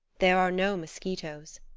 there are no mosquitoes.